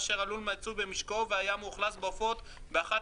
אשר הלול המצוי במשקו היה מאוכלס בעופות באחת